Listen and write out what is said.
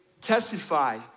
testify